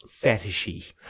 fetishy